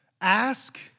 Ask